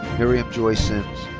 miriam joy sims.